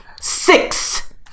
six